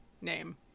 name